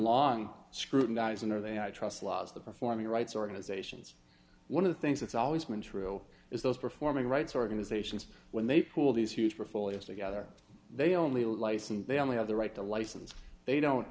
long scrutinising are they i trust laws the performing rights organizations one of the things that's always been true is those performing rights organizations when they pool these huge for full years together they only license they only have the right to license they don't